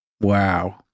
Wow